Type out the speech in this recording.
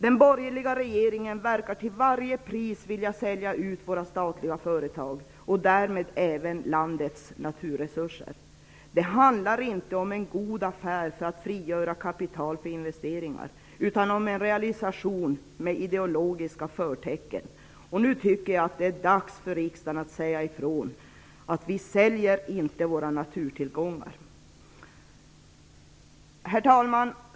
Den borgerliga regeringen verkar till varje pris vilja sälja ut våra statliga företag och därmed även landets naturresurser. Det handlar inte om en god affär för att frigöra kapital för investeringar utan om en realisation med ideologiska förtecken. Nu tycker jag att det är dags för riksdagen att säga ifrån att vi inte säljer våra naturtillgångar. Herr talman!